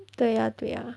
对呀对呀